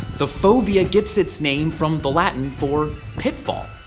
the fovea gets its name from the latin for pitfall.